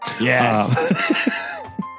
yes